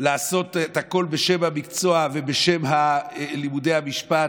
לעשות את הכול בשם המקצוע ובשם לימודי המשפט.